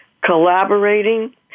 collaborating